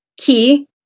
key